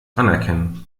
anerkennen